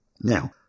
Now